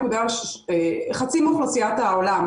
חצי מאוכלוסיית העולם,